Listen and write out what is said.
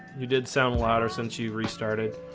you did sound louder since you restarted?